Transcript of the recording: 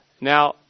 Now